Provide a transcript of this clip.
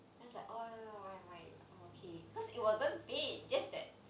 that's like oh no no no why I'm okay cause it wasn't pain just that